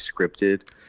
scripted